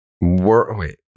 Wait